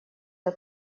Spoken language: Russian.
для